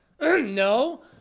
No